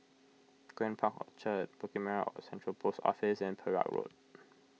Grand Park Orchard Bukit Merah Central Post Office and Perak Road